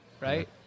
right